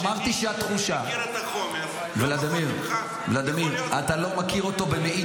אמרתי שהתחושה ------ שמי שלא מכיר את החומר הוא לא פחות ממך,